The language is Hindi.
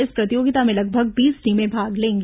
इस प्रतियोगिता में लगभग बीस टीमें भाग लेंगी